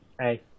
Hey